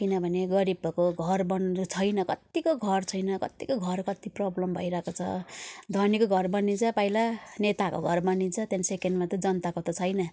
किनभने गरिबहरूको घर बन्नु छैन कत्तिको घर छैन कतिको घर कति प्रब्लम भइरहेको छ धनीको घर बनिन्छ पहिला नेताहरूको घर बनिन्छ त्यहाँदेखि सेकेन्डमा त जनताको त छैन